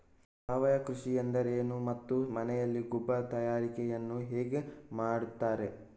ಸಾವಯವ ಕೃಷಿ ಎಂದರೇನು ಮತ್ತು ಮನೆಯಲ್ಲಿ ಗೊಬ್ಬರ ತಯಾರಿಕೆ ಯನ್ನು ಹೇಗೆ ಮಾಡುತ್ತಾರೆ?